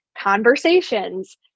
conversations